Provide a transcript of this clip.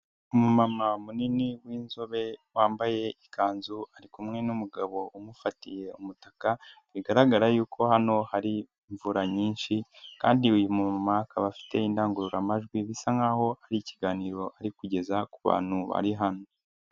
Umumama munini w'inzobe wambaye ikanzu, ari kumwe n'umugabo umufatiye umutaka bigaragara yuko hano hari imvura nyinshi kandi uyu mumama akaba afite indangururamajwi bisa nk'aho ari ikiganiro ari kugeza ku bantu bari hano.